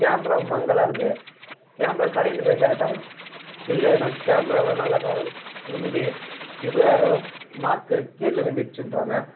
camera மங்கலாக இருக்குது camera கடையில் போய் கேட்டால் இல்லை கேமராலாம் நல்லா தான் இருந்தது இப்போ தான் யாரோ மார்க்கு கீறல் விழுந்துருச்சுன்றாங்க